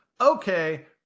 okay